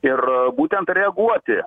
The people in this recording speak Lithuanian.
ir būtent reaguoti